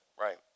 right